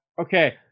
okay